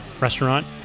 restaurant